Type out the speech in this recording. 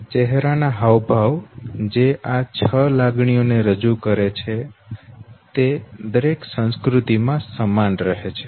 ચહેરાના હાવભાવ જે આ છ લાગણીઓ ને રજૂ કરે છે તે સંસ્કૃતિમાં સમાન રહે છે